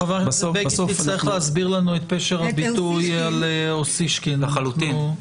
חבר הכנסת בגין תצטרך להסביר לנו את פשר הביטוי על אוסישקין אחרי זה.